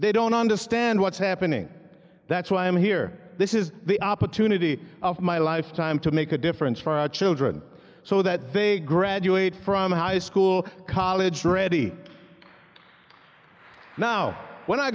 they don't understand what's happening that's why i'm here this is the opportunity of my lifetime to make a difference for our children so that they graduate from high school college ready now when i